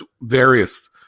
various